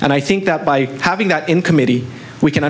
and i think that by having that in committee we can